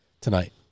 tonight